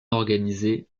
organisé